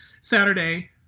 Saturday